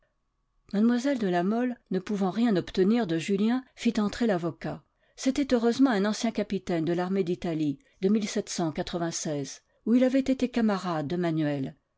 mlle de la mole ne pouvant rien obtenir de julien fit entrer l'avocat c'était heureusement un ancien capitaine de l'armée d'italie de où il avait été camarade de manuel